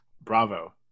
Bravo